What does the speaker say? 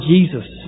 Jesus